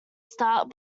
start